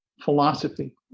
philosophy